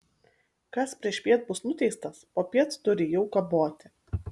kas priešpiet bus nuteistas popiet turi jau kaboti